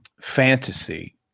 fantasy